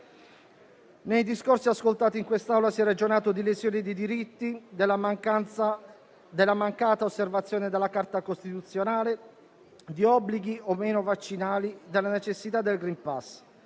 Nei discorsi ascoltati in quest'Aula si è ragionato di lesioni di diritti, della mancata osservazione della Carta costituzionale, di obblighi o meno vaccinali e della necessità del *green pass*.